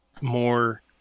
more